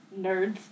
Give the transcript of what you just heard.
nerds